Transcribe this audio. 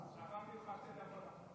ספרתי לך שתי דקות עכשיו.